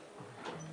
איך משתלטים על זה?